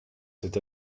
cette